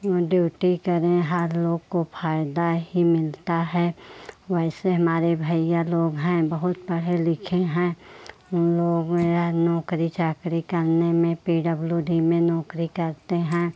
duty करें हर लोग को फ़ायदा ही मिलता है वैसे हमारे भैया लोग हैं बहुत पढ़े लिखे हैं उन लोग मेरा नौकरी चाकरी करने में पी डब्ल्यू डी में नौकरी करते हैं